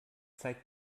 zeigt